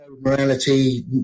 morality